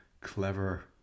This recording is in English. clever